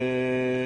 באבטלה נטפל בחוק.